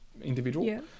individual